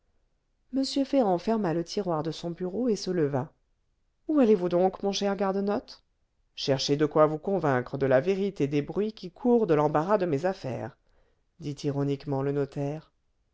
m ferrand ferma le tiroir de son bureau et se leva où allez-vous donc mon cher garde notes chercher de quoi vous convaincre de la vérité des bruits qui courent de l'embarras de mes affaires dit ironiquement le notaire